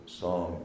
song